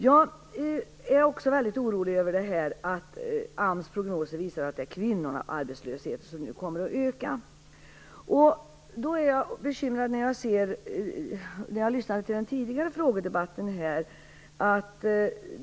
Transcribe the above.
Jag är också orolig över att AMS prognoser visar att det är kvinnoarbetslösheten som kommer att öka. Därför blev jag bekymrad när jag lyssnade till frågedebatten tidigare.